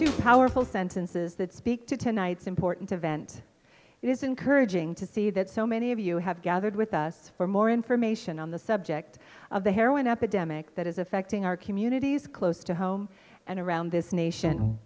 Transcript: two powerful sentences that speak to tonight's important event it is encouraging to see that so many of you have gathered with us for more information on the subject of the heroin epidemic that is affecting our communities close to home and around this nation